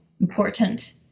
important